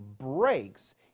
breaks